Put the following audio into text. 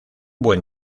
buen